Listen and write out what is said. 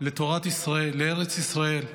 לתורת ישראל, לארץ ישראל,